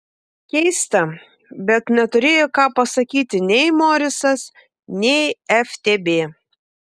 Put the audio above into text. keista bet neturėjo ką pasakyti nei morisas nei ftb